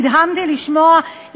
נדהמתי לשמוע,